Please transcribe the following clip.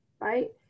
Right